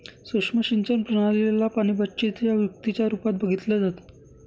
सुक्ष्म सिंचन प्रणाली ला पाणीबचतीच्या युक्तीच्या रूपात बघितलं जातं